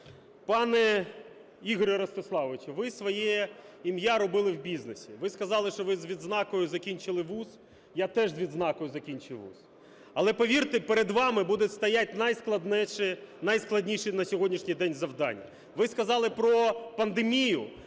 пане Ігорю Ростиславовичу, ви своє ім'я робили в бізнесі, ви сказали, що ви з відзнакою закінчили вуз, я теж з відзнакою закінчив вуз, але, повірте, перед вами будуть стоять найскладніші на сьогоднішній день завдання. Ви сказали про пандемію,